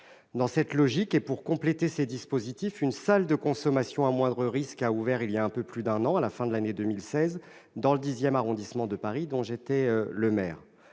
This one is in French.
Dans cette logique, et pour compléter ces dispositifs, une salle de consommation à moindre risque a ouvert à la fin de l'année 2016 dans le X arrondissement de Paris, dont j'étais le maire.